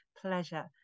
pleasure